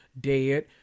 dead